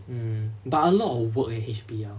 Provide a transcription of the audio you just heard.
mm but a lot of work eh H_B_L